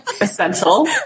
essential